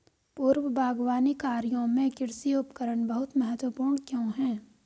पूर्व बागवानी कार्यों में कृषि उपकरण बहुत महत्वपूर्ण क्यों है?